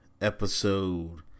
Episode